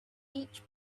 each